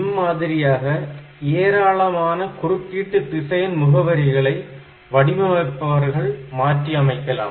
இம்மாதிரியாக ஏராளமான குறுக்கீட்டு திசையன் முகவரிகளை வடிவமைப்பவர்கள் மாற்றியமைக்கலாம்